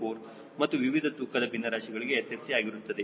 4 ಮತ್ತು ವಿವಿಧ ತೂಕದ ಭಿನ್ನರಾಶಿ ಗಳಿಗೆ SFC ಆಗಿರುತ್ತದೆ